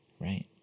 right